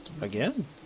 Again